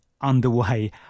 underway